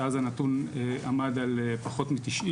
שאז האחוז עמד על פחות מ-90%.